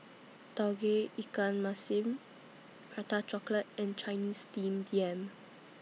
Tauge Ikan Masin Prata Chocolate and Chinese Steamed Yam